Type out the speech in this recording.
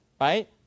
right